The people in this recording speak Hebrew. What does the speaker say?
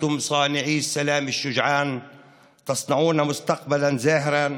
אתם עושי שלום אמיצים היוצרים עתיד משגשג של יציבות